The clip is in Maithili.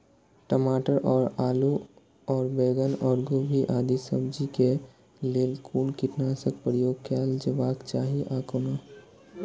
टमाटर और आलू और बैंगन और गोभी आदि सब्जी केय लेल कुन कीटनाशक प्रयोग कैल जेबाक चाहि आ कोना?